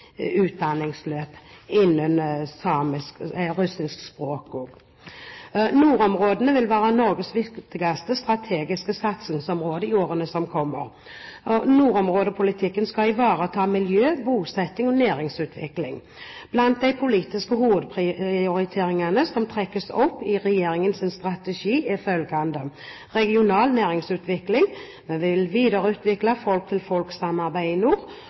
Nordområdene vil være Norges viktigste strategiske satsingsområde i årene som kommer. Nordområdepolitikken skal ivareta miljø, bosetting og næringsutvikling. Blant de politiske hovedprioriteringene som trekkes opp i regjeringens strategi, er følgende: regional næringsutvikling videreutvikling av folk-til-folk-samarbeidet i nord styrking av samarbeidet med Russland For lettere å nå disse målene i